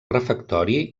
refectori